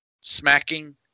smacking